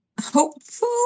hopeful